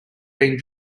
being